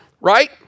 right